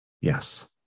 yes